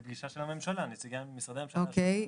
פגישה של נציגי משרדי הממשלה השונים.